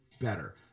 better